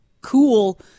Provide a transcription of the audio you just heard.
cool